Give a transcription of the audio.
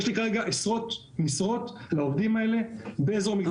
יש לי כרגע עשרות משרות לעובדים האלה באזור מגדל העמק.